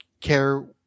care